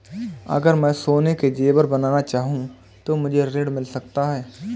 अगर मैं सोने के ज़ेवर बनाना चाहूं तो मुझे ऋण मिल सकता है?